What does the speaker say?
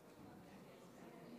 ההצבעה.